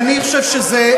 אני חושב שזה,